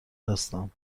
هستم